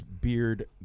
Beard